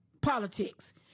politics